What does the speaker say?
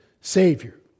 Savior